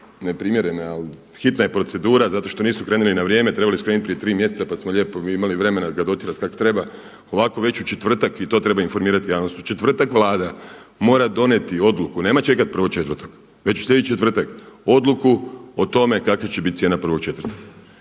neprimjerne, ali hitna je procedura zato što nisu krenuli na vrijeme. trebali su krenuti prije tri mjeseca pa smo mi lijepo imali vremena ga dotjerati kako treba, ovako već u četvrtka i to treba informirati javnost, u četvrtak Vlada mora donijeti odluku, nema čekat 1.4. već u sljedeći četvrtak, odluku o tome kakva će biti cijena 1.4. i kako